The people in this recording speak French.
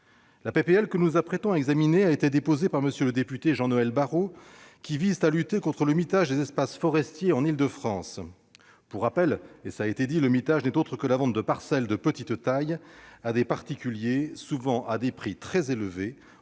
de loi que nous examinons aujourd'hui a été déposée par le député Jean-Noël Barrot, vise à lutter contre le mitage des espaces forestiers en Île-de-France. Pour rappel, le mitage n'est autre que la vente de parcelles de petite taille à des particuliers, souvent à des prix très élevés,